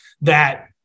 that-